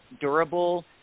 durable